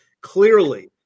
clearly